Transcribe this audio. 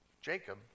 Jacob